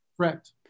Correct